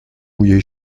mouillé